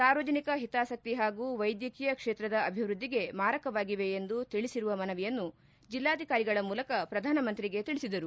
ಸಾರ್ವಜನಿಕ ಹಿತಾಸಕ್ತಿ ಹಾಗೂ ವೈದ್ಯಕೀಯ ಕ್ಷೇತ್ರದ ಅಭಿವೃದ್ದಿಗೆ ಮಾರಕವಾಗಿವೆ ಎಂದು ತಿಳಿಸಿರುವ ಮನವಿಯನ್ನು ಜಿಲ್ಲಾಧಿಕಾರಿಗಳ ಮೂಲಕ ಪ್ರಧಾನಮಂತ್ರಿಗೆ ತಿಳಿಸಿದರು